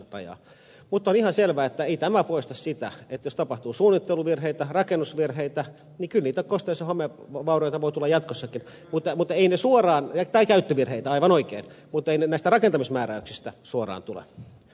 mutta on ihan selvää että ei tämä poista sitä että jos tapahtuu suunnitteluvirheitä rakennusvirheitä niin kyllä niitä kosteus ja homevaurioita voi tulla jatkossakin tai käyttövirheitä aivan oikein mutta eivät ne näistä rakentamismääräyksistä suoraan tule